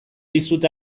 dizut